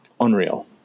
Unreal